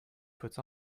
puts